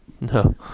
No